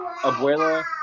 Abuela